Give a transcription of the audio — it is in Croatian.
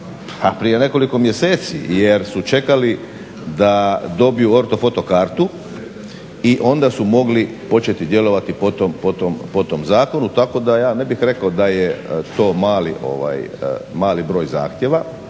prije nekoliko mjeseci jer su čekali da dobiju ortofoto kartu i onda su mogli početi djelovati po tom zakonu tako da ja ne bih rekao da je to mali broj zahtjeva.